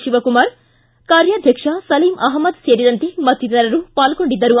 ಶಿವಕುಮಾರ್ ಮತ್ತು ಕಾರ್ಯಾಧ್ಯಕ್ಷ ಸಲೀಂ ಅಹ್ಮದ್ ಸೇರಿದಂತೆ ಮತ್ತಿತರರು ಪಾಲ್ಗೊಂಡಿದ್ದರು